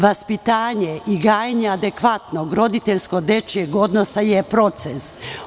Vaspitanje i gajenje adekvatnog roditeljko dečijeg odnosa je proces.